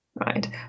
Right